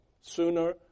sooner